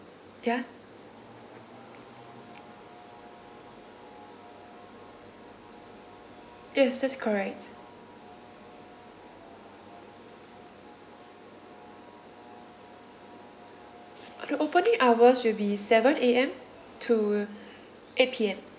ya yes that's correct the opening hours will be seven A_M to eight P_M